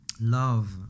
Love